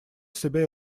себя